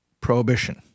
prohibition